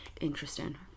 interesting